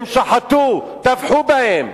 הם שחטו, טבחו בהם.